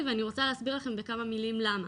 ואני רוצה להסביר לכם בכמה מילים למה.